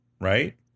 right